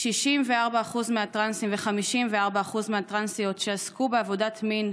64% מהטרנסים ו-54% מהטרנסיות שעסקו בעבודת מין,